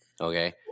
Okay